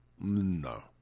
No